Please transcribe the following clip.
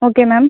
okay ma'am